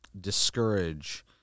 discourage